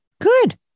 good